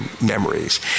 memories